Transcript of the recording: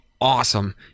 awesome